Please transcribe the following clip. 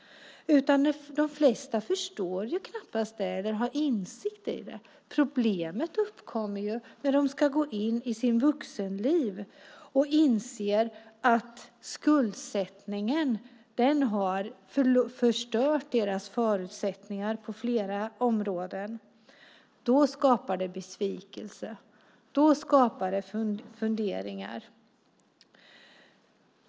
De flesta har knappast insikt i detta. Problemet uppkommer när de ska gå in i sitt vuxenliv och inser att skuldsättningen har förstört deras förutsättningar på flera områden. Då skapar det besvikelse. Då skapar det funderingar.